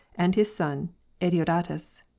and his son adeodatus.